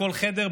בכל חדר,